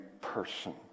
person